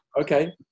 Okay